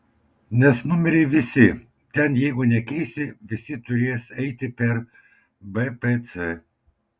nes numeriai visi ten jeigu nekeisi visi turės eiti per bpc